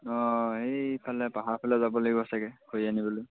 অঁ এইফালে পাহাৰৰ ফালে যাব লাগিব চাগে খৰি আনিবলৈ